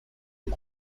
den